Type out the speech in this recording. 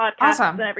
Awesome